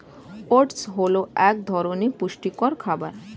oats হল এক ধরনের পুষ্টিকর খাবার